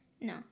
No